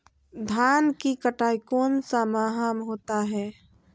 धान की कटाई कौन सा माह होता है?